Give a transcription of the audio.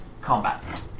combat